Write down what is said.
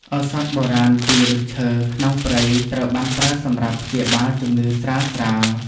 ឱសថបុរាណពីឫសឈើក្នុងព្រៃត្រូវបានប្រើសម្រាប់ព្យាបាលជំងឺស្រាលៗ។